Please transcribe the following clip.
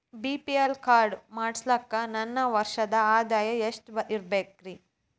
BPL card ಮಾಡ್ಸಾಕ ನನ್ನ ವರ್ಷದ್ ಆದಾಯ ಎಷ್ಟ ಇರಬೇಕ್ರಿ?